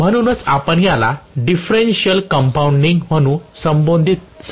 म्हणूनच आपण याला डिफरेन्शिअल कंपाऊंडिंग म्हणून संबोधत आहोत